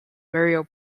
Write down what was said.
muriel